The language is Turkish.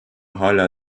hala